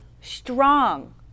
strong